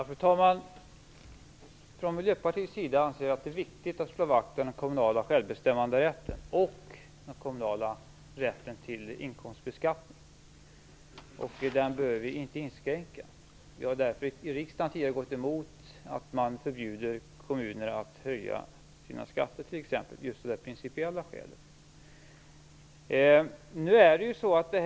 Fru talman! Vi i Miljöpartiet anser att det är viktigt att slå vakt om den kommunala självbestämmanderätten och den kommunala rätten till inkomstbeskattning. Den bör vi inte inskränka. Av just det principiella skälet har vi t.ex. tidigare i riksdagen gått emot att man förbjuder kommuner att höja sina skatter.